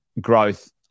growth